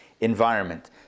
environment